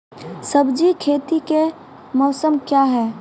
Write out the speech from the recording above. सब्जी खेती का मौसम क्या हैं?